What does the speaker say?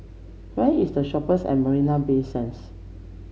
where is The Shoppes at Marina Bay Sands